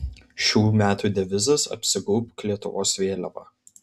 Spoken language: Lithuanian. šių metų devizas apsigaubk lietuvos vėliava